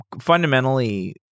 fundamentally